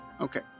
Okay